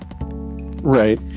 Right